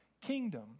kingdom